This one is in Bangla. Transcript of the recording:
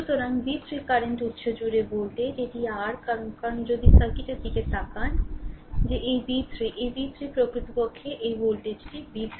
সুতরাং v3 কারেন্ট উত্স জুড়ে ভোল্টেজ এটি r কারণ কারণ যদি সার্কিটের দিকে তাকান যে এই v 3 এই v 3 প্রকৃতপক্ষে এই ভোল্টেজটি v3